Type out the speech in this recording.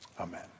Amen